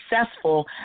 successful